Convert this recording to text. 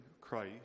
Christ